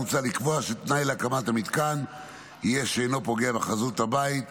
מוצע לקבוע שתנאי להקמת המתקן יהיה שאינו פוגע בחזות הבית המשותף,